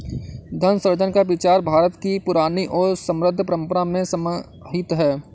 धन सृजन का विचार भारत की पुरानी और समृद्ध परम्परा में समाहित है